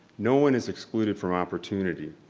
no one is excluded from opportunity.